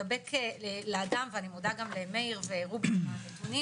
שמדבק לאדם ואני מודה גם למאיר ורובי על הנתונים